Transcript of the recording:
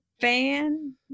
fan